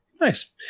Nice